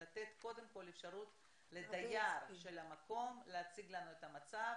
אני רוצה לתת קודם כול אפשרות לדייר של המקום להציג לנו את המצב,